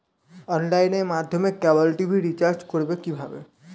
অনলাইনের মাধ্যমে cable TV recharge করব কি করে?